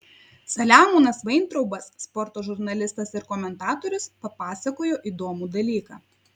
saliamonas vaintraubas sporto žurnalistas ir komentatorius papasakojo įdomų dalyką